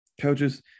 coaches